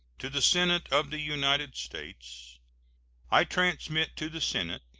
to the senate of the united states i transmit to the senate,